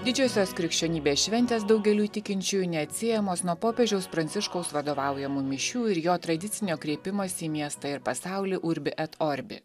didžiosios krikščionybės šventės daugeliui tikinčiųjų neatsiejamos nuo popiežiaus pranciškaus vadovaujamų mišių ir jo tradicinio kreipimosi į miestą ir pasaulį už urbi et orbi